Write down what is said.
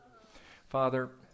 Father